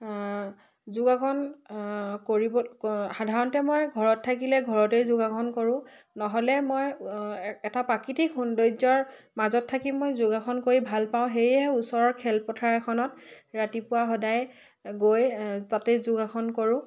যোগাসন কৰিব সাধাৰণতে মই ঘৰত থাকিলে ঘৰতে যোগাসন কৰোঁ নহ'লে মই এটা প্ৰাকৃতিক সৌন্দৰ্যৰ মাজত থাকি মই যোগাসন কৰি ভাল পাওঁ সেয়েহে ওচৰৰ খেলপথাৰ এখনত ৰাতিপুৱা সদায় গৈ তাতেই যোগাসন কৰোঁ